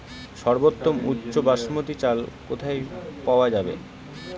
সর্বোওম উচ্চ বাসমতী চাল কোথায় পওয়া যাবে?